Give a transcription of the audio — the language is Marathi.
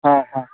हां हां